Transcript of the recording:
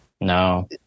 No